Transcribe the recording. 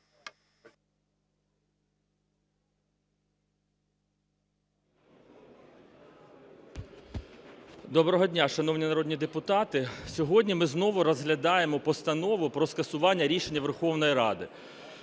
Доброго дня, шановні народні депутати! Сьогодні ми знову розглядаємо постанову про скасування рішення Верховної Ради